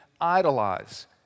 idolize